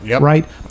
right